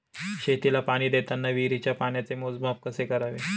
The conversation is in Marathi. शेतीला पाणी देताना विहिरीच्या पाण्याचे मोजमाप कसे करावे?